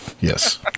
yes